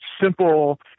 simple